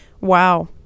Wow